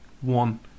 one